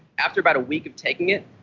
after about a week of taking it,